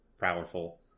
powerful